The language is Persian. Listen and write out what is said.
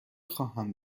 خواهم